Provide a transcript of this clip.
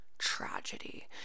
tragedy